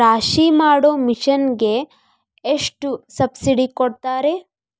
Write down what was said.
ರಾಶಿ ಮಾಡು ಮಿಷನ್ ಗೆ ಎಷ್ಟು ಸಬ್ಸಿಡಿ ಕೊಡ್ತಾರೆ?